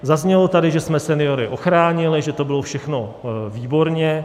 Zaznělo tady, že jsme seniory ochránili, že to bylo všechno výborně.